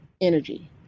Energy